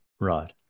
Right